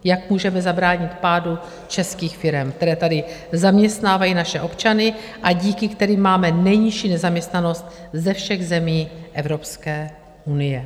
Jak můžeme zabránit pádu českých firem, které tady zaměstnávají naše občany a díky kterým máme nejnižší nezaměstnanost ze všech zemí Evropské unie?